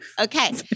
Okay